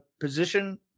position